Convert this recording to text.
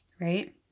right